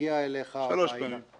מגיע אליך --- שלוש פעמים.